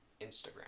instagram